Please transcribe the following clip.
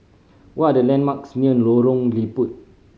what are the landmarks near Lorong Liput